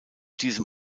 diesem